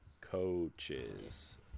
coaches